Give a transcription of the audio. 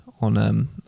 on